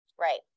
Right